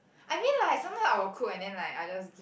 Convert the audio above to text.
I mean like sometimes I will cook and then like I just